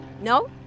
no